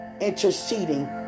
interceding